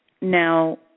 Now